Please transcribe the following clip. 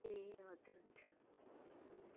ए हजुर हुन्छ